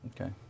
Okay